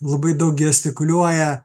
labai daug gestikuliuoja